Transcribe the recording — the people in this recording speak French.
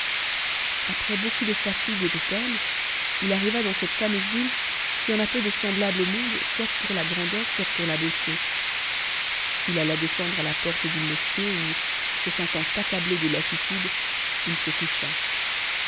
après beaucoup de fatigue et de peine il arriva dans cette iameuse ville qui en a peu de semblables au monde soit pour la grandeur soit pour la beauté h alla descendre à la porte d'une mosquée où se sentant accablé de lassitude il se coucha